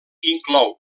inclou